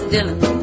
Dylan